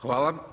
Hvala.